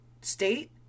state